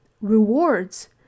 Rewards